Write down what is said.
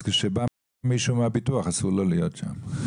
אז כשבא מישהו מהביטוח אסור לו להיות שם.